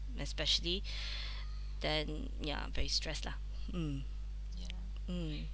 especially then ya very stress lah mm mm